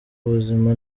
ubuzima